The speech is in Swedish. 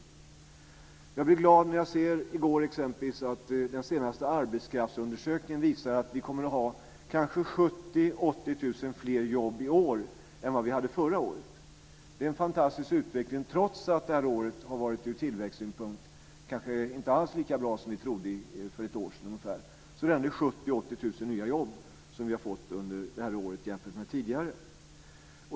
Jag blev glad när jag i går exempelvis såg att den senaste arbetskraftsundersökningen visar att vi kommer att ha kanske 70 000-80 000 fler jobb i år än vad vi hade förra året. Det är en fantastisk utveckling trots att det här året ur tillväxtsynpunkt kanske inte har varit lika bra som vi trodde för ett år sedan. Det är 70 000-80 000 nya jobb som vi har fått under det här året jämfört med tidigare.